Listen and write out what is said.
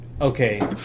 okay